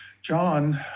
John